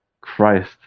Christ